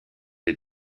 des